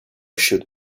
should